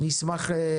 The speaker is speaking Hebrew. נשמח על